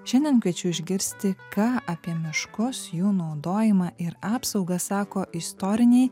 šiandien kviečiu išgirsti ką apie miškus jų naudojimą ir apsaugą sako istoriniai